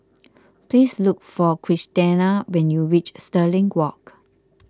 please look for Christena when you reach Stirling Walk